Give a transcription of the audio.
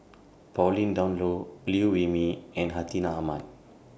Pauline Dawn Loh Liew Wee Mee and Hartinah Ahmad